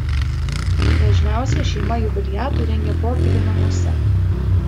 dažniausiai šeima jubiliatui rengia pokylį namuose